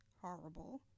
horrible